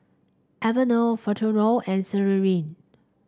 Enervon Futuro and